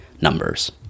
numbers